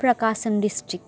Prakasam district